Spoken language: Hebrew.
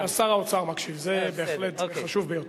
שר האוצר מקשיב, זה בהחלט חשוב ביותר.